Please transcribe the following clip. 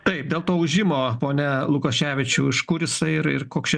taip dėl to ūžimo pone lukoševičiau iš kur jisai ir ir koks čia